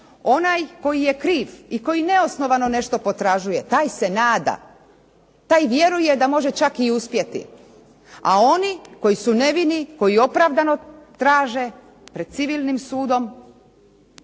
onaj koji je kriv i koji neosnovano nešto potražuje taj se nada, taj vjeruje da može čak i uspjeti. A oni koji su nevini, koji opravdano traže pred civilnim sudom